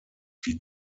die